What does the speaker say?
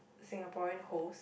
Singaporean host